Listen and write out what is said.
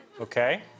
Okay